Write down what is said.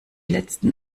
letzten